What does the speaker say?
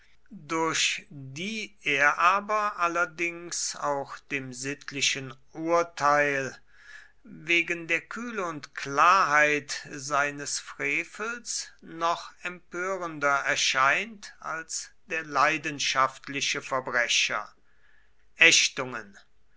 durch die er aber allerdings auch dem sittlichen urteil wegen der kühle und klarheit seines frevels noch empörender erscheint als der leidenschaftliche verbrecher ächtungen